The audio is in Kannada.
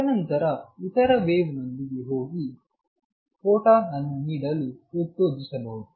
ತದನಂತರ ಇತರ ವೇವ್ ಗೆ ಹೋಗಿ ಫೋಟಾನ್ ಅನ್ನು ನೀಡಲು ಉತ್ತೇಜಿಸಬಹುದು